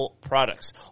products